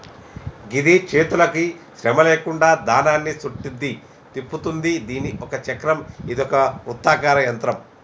గిది చేతులకు శ్రమ లేకుండా దారాన్ని సుట్టుద్ది, తిప్పుతుంది దీని ఒక చక్రం ఇదొక వృత్తాకార యంత్రం